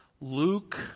Luke